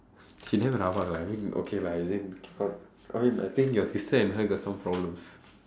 she damn rabak lah I mean okay lah I think I think your sister and her got some problems